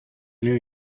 new